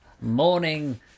Morning